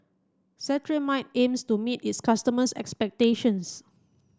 Cetrimide aims to meet its customers' expectations